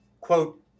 Quote